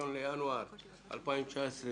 היום הראשון בינואר 2019,